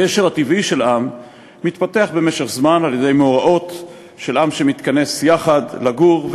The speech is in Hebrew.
הקשר הטבעי של עם מתפתח במשך זמן על-ידי מאורעות של עם שמתכנס יחד לגור,